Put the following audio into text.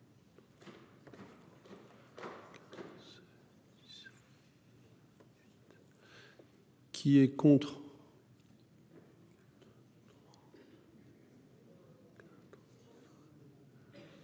Qui est contre.